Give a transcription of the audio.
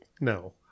no